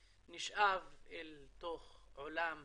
נשאב אל תוך עולם הפשע,